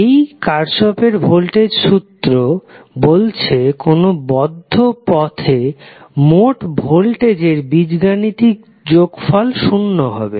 এই কার্শফের ভোল্টেজ সূত্র Kirchhoff's voltage law বলছে কোনো বদ্ধ পথে মোট ভোল্টেজের বীজগাণিতিক যোগফল শুন্য হবে